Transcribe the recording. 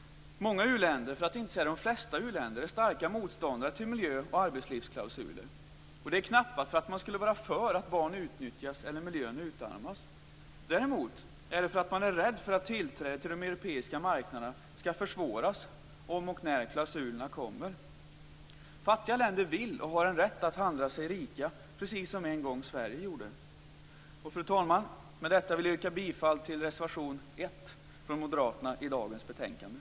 Många u-länder, för att inte säga de flesta uländer, är starka motståndare till miljö och arbetslivsklausuler. Det är knappast för att man skulle vara för att barn utnyttjas eller att miljön utarmas. Däremot är det för att man är rädd för att tillträdet till de europeiska marknaderna skall försvåras om och när klausulerna kommer. Fattiga länder vill och har en rätt att handla sig rika, precis som en gång Sverige gjorde. Fru talman! Med detta vill jag yrka bifall till reservation 1 från moderaterna till dagens betänkande.